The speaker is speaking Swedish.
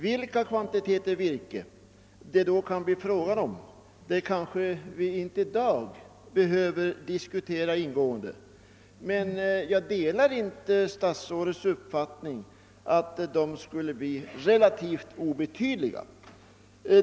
Vilka kvantiteter virke det då kan bli fråga om behöver vi kanske inte diskutera ingående i dag, men jag delar inte statsrådets uppfattning att de skulle bli relativt obetydliga.